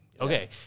okay